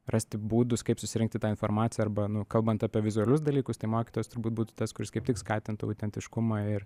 rasti būdus kaip susirinkti tą informaciją arba nu kalbant apie vizualius dalykus tai mokytojas turbūt būtų tas kuris kaip tik skatintų autentiškumą ir